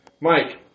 Mike